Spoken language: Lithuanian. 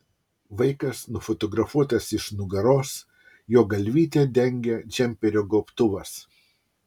vaikas nufotografuotas iš nugaros jo galvytę dengia džemperio gobtuvas